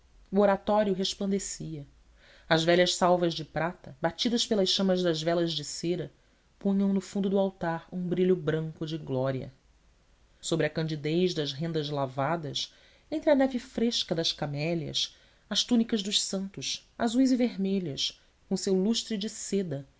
oratório resplandecia as velhas salvas de prata batidas pelas chamas das velas de cera punham no fundo do altar um brilho branco de glória sobre a candidez das rendas lavadas entre a neve fresca das camélias as túnicas dos santos azuis e vermelhas com o seu lustre de seda